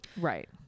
Right